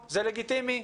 זה לגיטימי,